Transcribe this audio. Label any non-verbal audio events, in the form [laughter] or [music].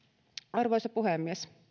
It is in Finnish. arvoisa puhemies [unintelligible]